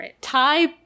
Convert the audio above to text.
Thai